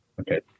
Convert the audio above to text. Okay